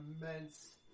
immense